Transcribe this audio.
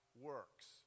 works